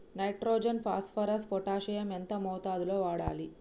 Nitrogen phosphorus potassium ఎంత మోతాదు లో వాడాలి?